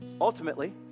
ultimately